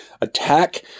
attack